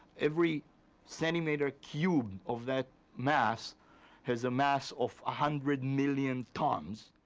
every centimeter cubed of that mass has a mass of a hundred-million tons.